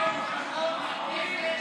האי-אמון נדחתה.